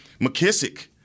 McKissick